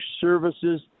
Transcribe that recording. Services